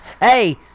Hey